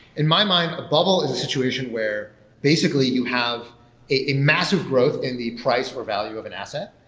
in my mind, a bubble is a situation where basically you have a massive growth in the price or value of an asset,